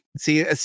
See